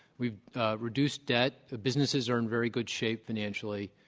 we've reduced debt. the businesses are in very good shape financially.